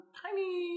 tiny